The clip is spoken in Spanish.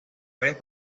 varios